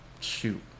Shoot